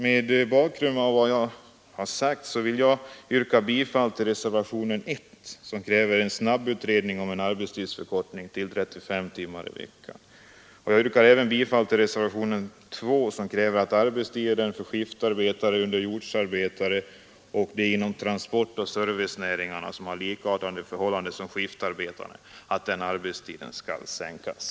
Mot bakgrunden av vad jag här sagt vill jag yrka bifall till reservationen 1 som kräver en snabbutredning om en generell arbetstidsförkortning till 35 timmar i veckan. Jag yrkar även bifall till reservationen 2 som kräver att arbetstiden för såväl skiftarbetare och underjordsarbetare som de arbetare inom transportoch servicenäringarna som har likartade arbetsförhållanden skall sänkas.